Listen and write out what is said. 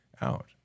out